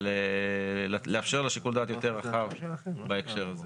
אבל לאפשר לה שיקול דעת יותר רחב בהקשר הזה.